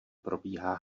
probíhá